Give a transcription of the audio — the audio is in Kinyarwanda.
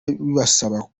bibasaba